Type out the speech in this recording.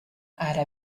ara